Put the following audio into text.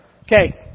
Okay